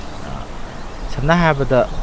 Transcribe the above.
ꯁꯝꯅ ꯍꯥꯏꯔꯕꯗ